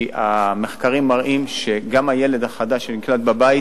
כי המחקרים מראים שגם הילד החדש שנקלט בבית,